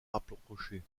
rapprochés